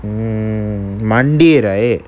mm monday right